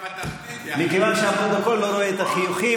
מכיוון שהפרוטוקול לא רואה את החיוכים,